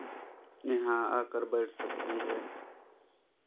यहाँ आकर बैठ सकती है